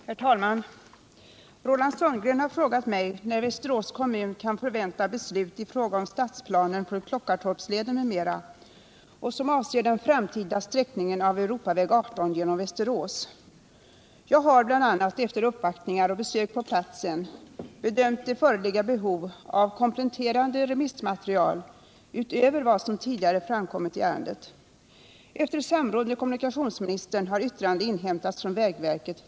Herr talman! Roland Sundgren har frågat mig när Västerås kommun kan förvänta beslut i fråga om stadsplanen för Klockartorpsleden m.m., avseende den framtida sträckningen av Europaväg 18 genom Västerås. Jag har bl.a. efter uppvaktningar och besök på platsen bedömt det föreligga behov av kompletterande remissmaterial utöver vad som tidigare framkommit i ärendet. Efter samråd med kommunikationsministern har yttrande inhämtats från vägverket.